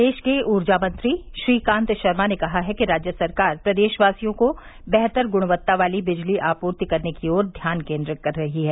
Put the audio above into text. प्रदेश के ऊर्जा मंत्री श्रीकांत शर्मा ने कहा है कि राज्य सरकार प्रदेशवासियों को बेहतर गुणवत्ता वाली बिजली आपूर्ति करने की ओर ध्यान केन्द्रित कर रही है